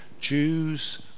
jews